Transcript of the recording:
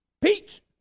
peach